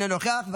אינו נוכח.